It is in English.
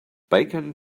bacon